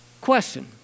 Question